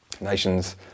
Nations